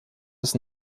des